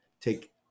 take